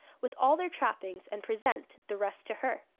with all their trappings, and present the rest to her